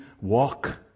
walk